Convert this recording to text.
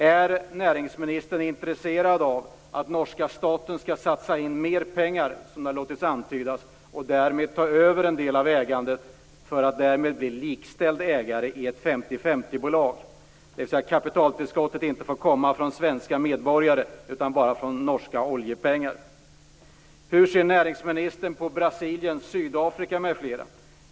Är näringsministern intresserad av att norska staten skall satsa mer pengar - som det har antytts - och därmed ta över en del av ägandet för att bli likställd ägare i ett 50-50-bolag, dvs. att kapitaltillskottet inte får komma från svenska medborgare utan bara i form av norska oljepengar? Hur ser näringsministern på Brasilien, Sydafrika m.fl.?